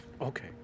Okay